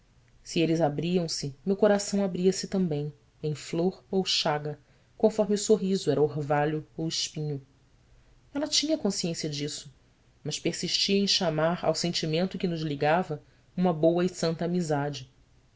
se eles abriam-se meu coração abria-se também em flor ou chaga conforme o sorriso era orvalho ou espinho ela tinha consciência disso mas persistia em chamar ao sentimento que nos ligava uma boa e santa amizade